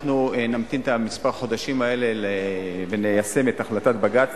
אנחנו נמתין את כמה החודשים האלה וניישם את החלטת בג"ץ,